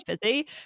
busy